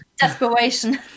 Desperation